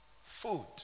food